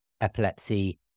epilepsy